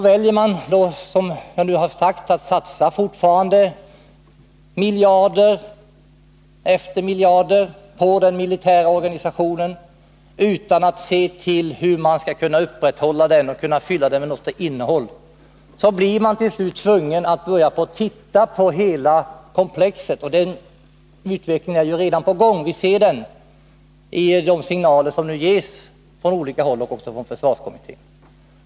Väljer man då att fortsätta med att satsa miljarder efter miljarder på den militära organisationen, utan att se till hur man skall kunna upprätthålla den och fylla den med något verkligt innehåll, så blir man till slut tvungen att börja se över hela komplexet. Den utvecklingen är ju redan på gång. Vi ser den i de signaler som nu ges från olika håll, också från försvarskommittén.